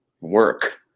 work